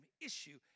issue